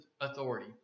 authority